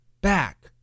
back